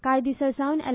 काय दिसासावन एल